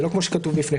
זה לא כמו שכתוב לפניכם.